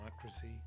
democracy